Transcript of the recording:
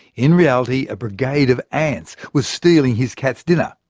in reality, a brigade of ants was stealing his cat's dinner.